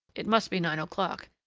it must be nine o'clock,